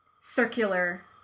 circular